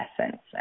essence